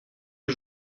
les